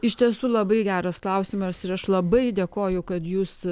iš tiesų labai geras klausimas ir aš labai dėkoju kad jūs